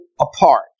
apart